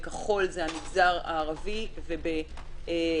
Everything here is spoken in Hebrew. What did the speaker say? בכחול זה המגזר הערבי ובשחור,